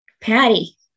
Patty